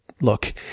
look